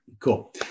Cool